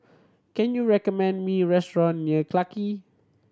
can you recommend me restaurant near Clarke Quay